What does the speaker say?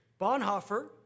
Bonhoeffer